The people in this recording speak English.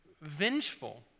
vengeful